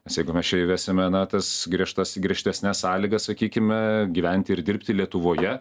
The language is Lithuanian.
nes jeigu mes čia įvesime na tas griežtas griežtesnes sąlygas sakykime gyventi ir dirbti lietuvoje